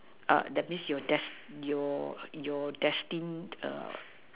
err that means your death your your destined err